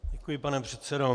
Děkuji, pane předsedo.